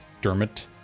Dermot